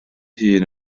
hun